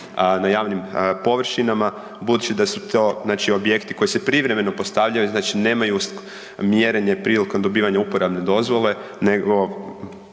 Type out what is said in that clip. na javnim površinama. Budući da su to objekti koji se privremeno postavljaju, nemaju mjerenje prilikom dobivanja uporabne dozvole